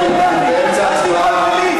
בעד משולם נהרי,